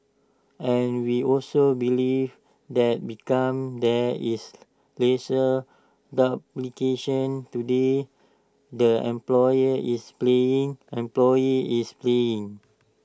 and we also believe that become there is lesser duplication today the employer is paying employee is paying